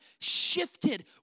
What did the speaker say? shifted